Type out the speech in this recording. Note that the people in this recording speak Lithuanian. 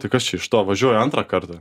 tai kas čia iš to važiuoju antrą kartą